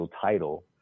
title